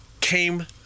came